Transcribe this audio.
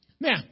Now